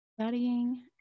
studying